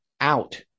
out